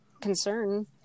concern